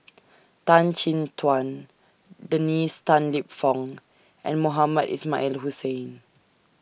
Tan Chin Tuan Dennis Tan Lip Fong and Mohamed Ismail Hussain